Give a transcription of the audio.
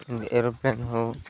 aeroplane ହଉ